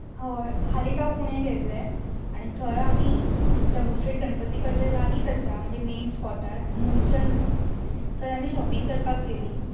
हय हाल्लींच हांव पुण्याक गेल्लें आनी थंय आमी दगडु शेट गणपती गणपती कडेसान लागींच आसा म्हणजे मेन स्पोटार मुळचंद्र म्हणून थंय आमी शॉपींग करपाक गेलीं